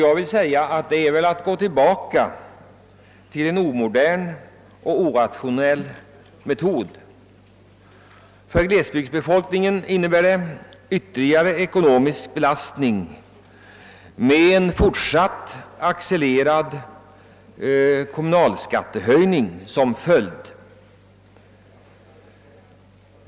Enligt min mening innebär det att man går tillbaka till en omodern och orationell metod. För glesbygdsbefolkningen innebär det en ytterligare ekonomisk belastning med en fortsatt accelererande kommunalskattehöjning som följd.